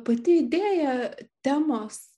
pati idėja temos